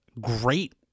great